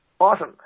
Awesome